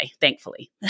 Thankfully